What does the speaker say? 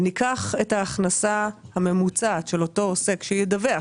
וניקח את ההכנסה הממוצעת של אותו עוסק שידווח,